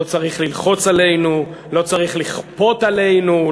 לא צריך ללחוץ עלינו לא צריך לכפות עלינו,